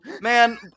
man